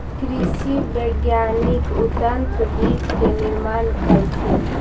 कृषि वैज्ञानिक उन्नत बीज के निर्माण कलथिन